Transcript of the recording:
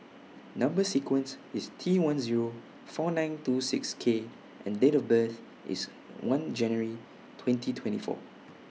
Number sequence IS T one Zero four nine two six K and Date of birth IS one January twenty twenty four